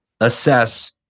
assess